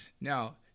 Now